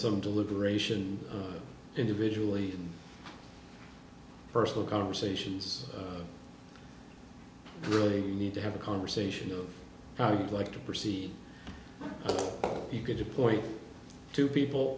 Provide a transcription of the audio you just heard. some deliberation individually personal conversations really need to have a conversation of how you'd like to proceed you get to point two people